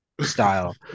style